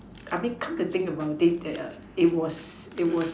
I mean come to think about it that err it was it was